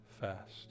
fast